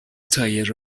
تایر